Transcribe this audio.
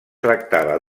tractava